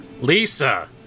Lisa